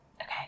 Okay